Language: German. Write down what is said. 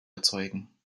erzeugen